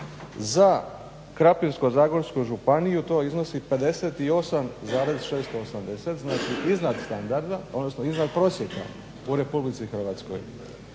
za Krapinsko-zagorsku županiju to iznosi 58,680 znači iznad prosjeka u Republici Hrvatskoj.